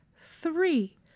Three